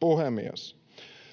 Puhemies!